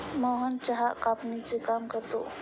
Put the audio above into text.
मोहन चहा कापणीचे काम करतो